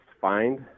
find